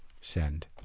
send